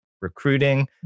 recruiting